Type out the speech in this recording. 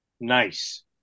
nice